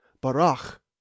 Barach